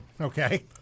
Okay